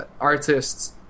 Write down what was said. artists